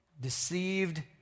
Deceived